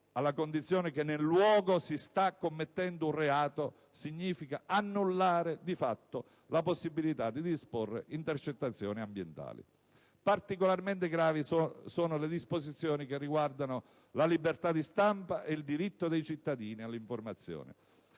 alla condizione che nel luogo si sta commettendo un reato significa annullare di fatto la possibilità di disporre intercettazioni ambientali. Particolarmente gravi sono le disposizioni che riguardano la libertà di stampa e il diritto dei cittadini all'informazione.